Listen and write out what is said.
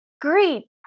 great